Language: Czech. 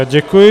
Děkuji.